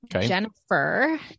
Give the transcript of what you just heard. Jennifer